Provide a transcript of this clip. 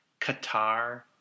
Qatar